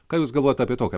ką jūs galvojat apie tokią